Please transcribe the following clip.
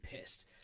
pissed